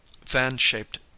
fan-shaped